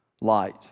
light